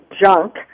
junk